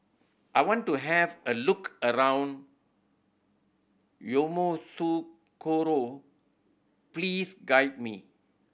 I want to have a look around Yamoussoukro please guide me